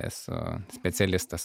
esu specialistas